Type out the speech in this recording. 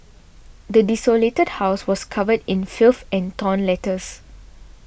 the desolated house was covered in filth and torn letters